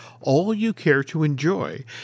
all-you-care-to-enjoy